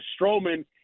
Strowman